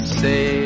say